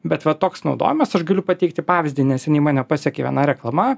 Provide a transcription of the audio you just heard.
bet va toks naudojamas aš galiu pateikti pavyzdį neseniai mane pasiekė viena reklama